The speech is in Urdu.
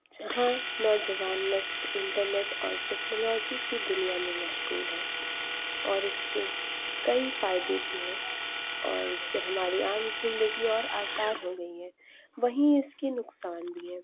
جہاں نوجوان نسل انٹرنیٹ اور ٹیکنالوجی کی دنیا میں مشغول ہیں اور اس کے کئی فائدے بھی ہیں اور اس سے ہماری عام زندگی اور آسان ہو گئی ہے وہیں اس کے نقصان بھی ہیں